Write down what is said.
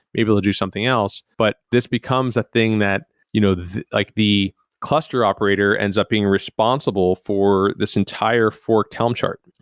maybe they'll do something else, but this becomes a thing that you know like the cluster operator ends up being responsible for this entire forked helm chart.